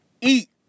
eat